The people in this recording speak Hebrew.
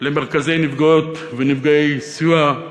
למרכזי נפגעות ונפגעי סיוע,